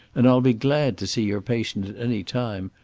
and i'll be glad to see your patient at any time.